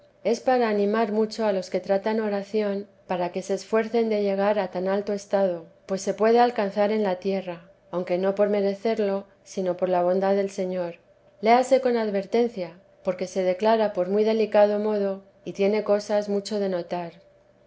es para animar mucho a los que tratan oración para que se esfuercen de llegar a tan alto estado pues se puede alcanzar en la tierra aunque no por merecerlo sino por la bondad del señor léase con advertencia porque se declara por muy delicado modo y tiene cosas mucho de notar